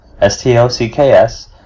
S-T-O-C-K-S